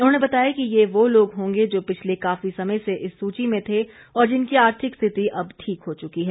उन्होंने बताया कि ये वो लोग होंगे जो पिछले काफी समय से इस सूची में थे और जिनकी आर्थिक स्थिति अब ठीक हो चुकी है